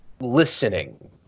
listening